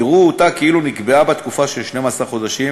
יראו אותה כאילו נקבעה בה תקופה של 12 חודשים,